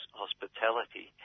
hospitality